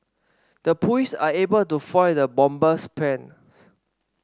the police are able to foil the bomber's plans